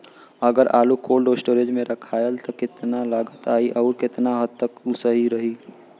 अगर आलू cold storage में रखायल त कितना लागत आई अउर कितना हद तक उ सही रही?